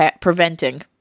preventing